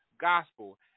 gospel